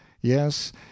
Yes